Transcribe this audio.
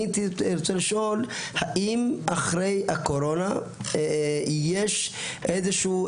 אני הייתי רוצה לשאול האם אחרי הקורונה יש איזושהי